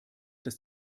dass